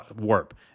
warp